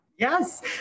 Yes